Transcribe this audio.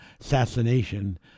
assassination